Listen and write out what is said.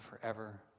forever